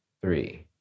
three